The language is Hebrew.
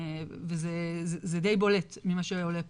וזה די בולט ממה שעולה פה.